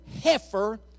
heifer